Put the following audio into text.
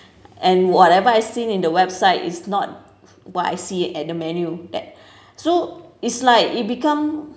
and whatever I've seen in the website is not what I see at the menu that so it's like it become